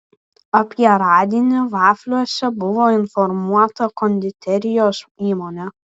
apie radinį vafliuose buvo informuota konditerijos įmonė